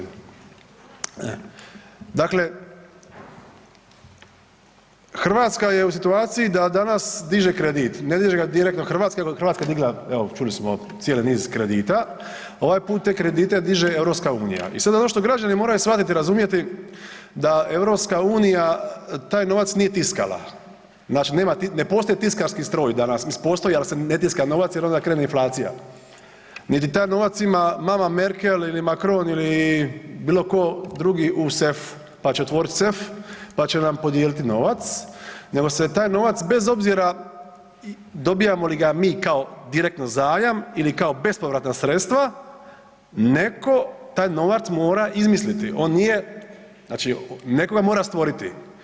Dakle, Hrvatska je u situaciji da danas diže kredit, ne diže ga direktno Hrvatska nego Hrvatska je digla evo čuli smo cijeli niz kredita, ovaj puta te kredite diže EU i sad ono što građani moraju shvatiti i razumjeti da EU taj novac nije tiskala, znači ne postoji tiskarski stroj danas, mislim postoji ali se ne tiska novac jer onda krene inflacija, niti taj novac ima mama Merkel ili Macron ili bilo tko drugi u sefu, pa će otvoriti sef, pa će nam podijeliti novac, nego se taj novac bez obzira dobijamo li ga mi kao direktno zajam ili kao bespovratna sredstva netko taj novac mora izmisliti, on nije, znači netko ga mora stvoriti.